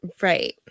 Right